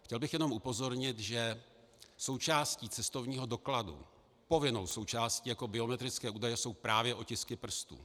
Chtěl bych jenom upozornit, že součástí cestovního dokladu, povinnou součástí jako biometrického údaje, jsou právě otisky prstů.